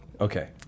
Okay